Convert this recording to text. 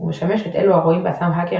ומשמש את אלו הרואים בעצמם האקרים